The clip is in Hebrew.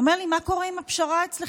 הוא אומר לי: מה קורה עם הפשרה אצלכם?